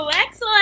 Excellent